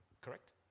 correct